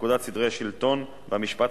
לפקודת סדרי השלטון והמשפט,